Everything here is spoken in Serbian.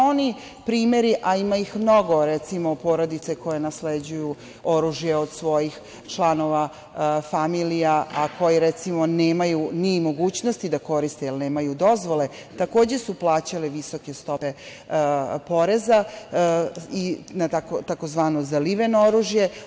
Oni primeri, a ima ih mnogo, recimo porodice koje nasleđuju od članova svojih familija, a koji, recimo, nemaju ni mogućnosti da koriste, jer nemaju dozvole, takođe su plaćali visoke stope poreza na tzv. zaliveno oružje.